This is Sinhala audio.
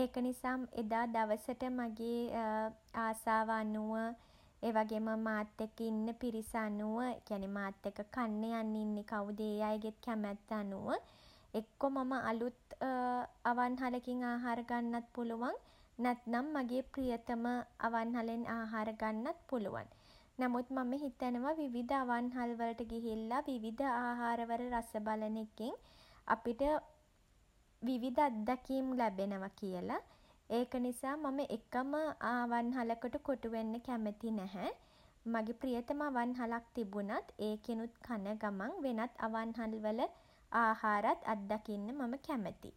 ඒක නිසා එදා දවසට මගේ ආසාව අනුව ඒ වගේම මාත් එක්ක ඉන්න පිරිස අනුව ඒ කියන්නේ මාත් එක්ක කන්න යන්න ඉන්නේ කවුද ඒ අයගේ කැමැත්ත අනුව එක්කෝ මම අලුත් අවන්හලකින් ආහාර ගන්නත් පුළුවන්. නැත්නම් මගේ ප්‍රියතම අවන්හලෙන් ආහාර ගන්නත් පුළුවන්. නමුත් මම හිතනවා විවිධ අවන්හල්වලට ගිහිල්ල විවිධ ආහාර වල රස බලන එකෙන් අපිට විවිධ අත්දැකීම් ලැබෙනවා කියලා. ඒක නිසා මම එකම අවන්හලකට කොටු වෙන්න කැමති නැහැ. මගේ ප්‍රියතම අවන්හලක් තිබුනත් ඒකෙනුත් කන ගමන් වෙනත් අවන්හල්වල ආහාරත් අත්දකින්න මම කැමතියි.